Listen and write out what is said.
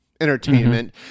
entertainment